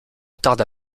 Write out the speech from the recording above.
tarda